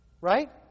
right